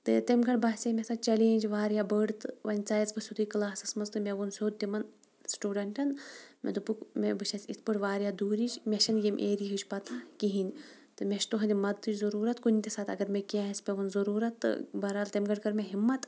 تہٕ تَمہِ گرۍ باسے مےٚ سۄ چَلینٛج واریاہ بٔڈ تہٕ وۄنۍ ژایَس بہٕ سیوٚدُے کٕلاسَس منٛز تہٕ مےٚ ووٚن سیوٚد تِمَن سٹوٗڈَنٹَن مےٚ دوٚپُکھ مےٚ بہٕ چھس اِتھ پٲٹھۍ واریاہ دوٗرِچ مےٚ چھَنہٕ ییٚمہِ ایریِہِچ پَتہ کِہیٖنۍ تہٕ مےٚ چھِ تُہٕنٛدِ مَدتٕچ ضٔروٗرت کُنہِ تہِ ساتہٕ اگر مےٚ کینٛہہ آسہِ پٮ۪وان ضٔروٗرت تہٕ بہرحال تَمہِ گرۍ کٔر مےٚ ہِمَت